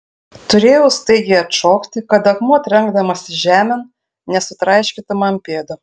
turėjau staigiai atšokti kad akmuo trenkdamasis žemėn nesutraiškytų man pėdų